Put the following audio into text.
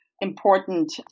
important